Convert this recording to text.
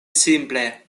simple